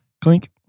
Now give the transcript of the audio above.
Clink